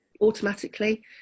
automatically